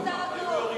היו יורים בו.